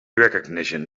recognition